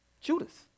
Judas